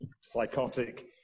psychotic